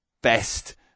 Best